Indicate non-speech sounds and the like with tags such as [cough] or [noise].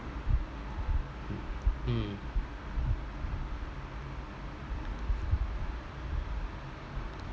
mm [noise]